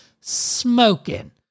smoking